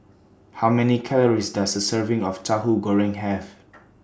How Many Calories Does A Serving of Tahu Goreng Have